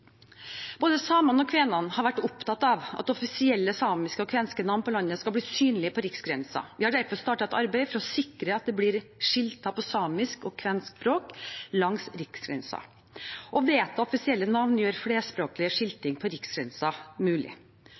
Både samene og kvenene har vært opptatt av at offisielle samiske og kvensk navn på landet skal bli synlig på riksgrensen. Vi har derfor startet et arbeid for å sikre at det blir skiltet på samiske og kvensk språk langs riksgrensen. Å vedta offisielle navn gjør flerspråklig skilting på riksgrensen mulig.